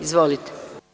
Izvolite.